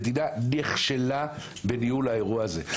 המדינה נכשלה בניהול האירוע הזה.